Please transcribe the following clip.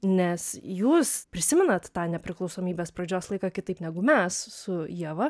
nes jūs prisimenat tą nepriklausomybės pradžios laiką kitaip negu mes su ieva